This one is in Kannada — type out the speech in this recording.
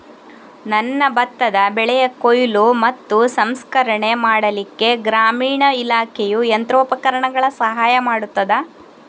ನನ್ನ ಭತ್ತದ ಬೆಳೆಯ ಕೊಯ್ಲು ಮತ್ತು ಸಂಸ್ಕರಣೆ ಮಾಡಲಿಕ್ಕೆ ಗ್ರಾಮೀಣ ಇಲಾಖೆಯು ಯಂತ್ರೋಪಕರಣಗಳ ಸಹಾಯ ಮಾಡುತ್ತದಾ?